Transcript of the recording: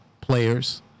players